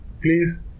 Please